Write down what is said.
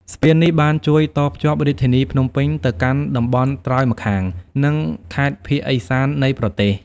ស្ពាននេះបានជួយតភ្ជាប់រាជធានីភ្នំពេញទៅកាន់តំបន់ត្រើយម្ខាង និងខេត្តភាគឦសាននៃប្រទេស។